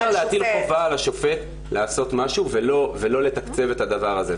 אי אפשר להטיל חובה על השופט לעשות משהו ולא לתקצב את הדבר הזה,